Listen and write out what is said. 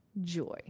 joy